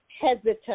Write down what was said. hesitant